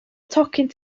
tocyn